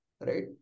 right